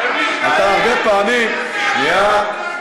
אתה הרבה פעמים, שנייה.